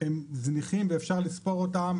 הם זניחים ואפשר לספור אותם,